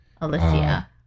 alicia